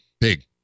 big